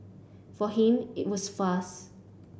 for him it was fast